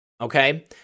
Okay